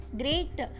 great